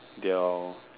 they all